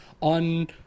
on